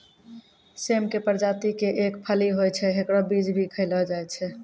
सेम के प्रजाति के एक फली होय छै, हेकरो बीज भी खैलो जाय छै